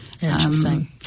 Interesting